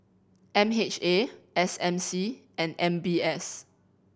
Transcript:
M H A S M C and M B S